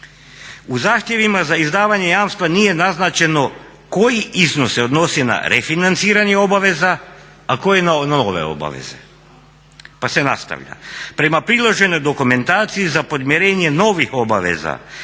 U zahtjevima za izdavanje jamstva nije naznačeno koji iznos se odnosi na refinanciranje obaveza, a koji na nove obaveze. Pa se nastavlja,